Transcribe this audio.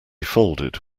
folded